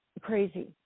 crazy